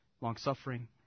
long-suffering